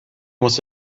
was